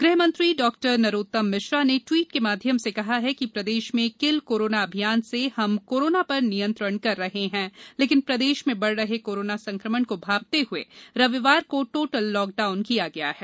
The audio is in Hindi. गृह मंत्री डॉ नरोत्तम भिश्रा ने ट्वीट के माध्यम से कहा है कि प्रदेश में किल कोरोना अभियान से हम कोरोना पर नियंत्रण कर रहे हैं लेकिन प्रदेश बढ़ रहे कोरोना संकमण को भांपते हुए रविवार को टोटल लॉकडाउन किया है